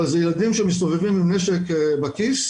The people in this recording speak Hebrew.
אבל אלה ילדים שמסתובבים עם נשק בכיס,